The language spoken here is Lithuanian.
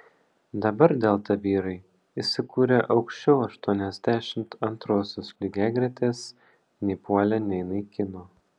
dabar delta vyrai įsikūrę aukščiau aštuoniasdešimt antrosios lygiagretės nei puolė nei naikino